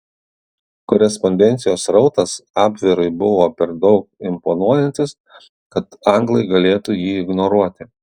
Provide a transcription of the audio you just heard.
korespondencijos srautas abverui buvo per daug imponuojantis kad anglai galėtų jį ignoruoti